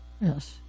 Yes